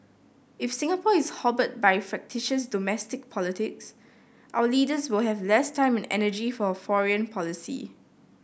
if Singapore is hobbled by fractious domestic politics our leaders will have less time energy for foreign policy